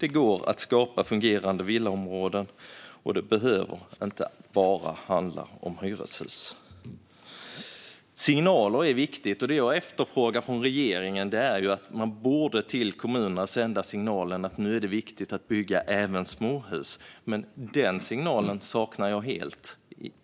Det går att skapa fungerande villaområden, och det behöver inte bara handla om hyreshus. Signaler är viktiga, och det som jag efterfrågar från regeringen är att man till kommunerna borde sända signalen att det nu är viktigt att bygga även småhus. Men den signalen saknar jag helt,